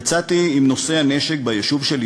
יצאתי עם נושאי הנשק ביישוב שלי,